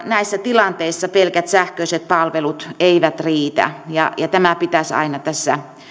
näissä tilanteissä pelkät sähköiset palvelut eivät riitä ja tämä pitäisi aina tässä